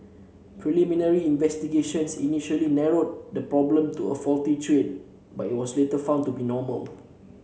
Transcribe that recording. preliminary investigations initially narrowed the problem to a faulty train but it was later found to be normal